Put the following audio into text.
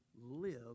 live